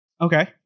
Okay